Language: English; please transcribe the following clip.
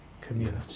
community